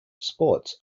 sports